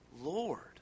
Lord